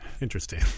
Interesting